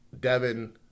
Devin